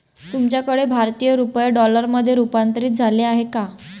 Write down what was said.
तुमच्याकडे भारतीय रुपये डॉलरमध्ये रूपांतरित झाले आहेत का?